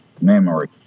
memory